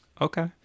Okay